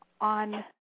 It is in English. on